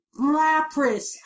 Lapras